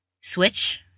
switch